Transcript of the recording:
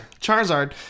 Charizard